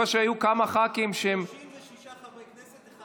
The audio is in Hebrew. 36 חברי כנסת.